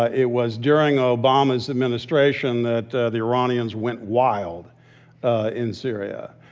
ah it was during obama's administration that the the iranians went wild ah in syria,